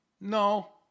no